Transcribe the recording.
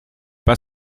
pas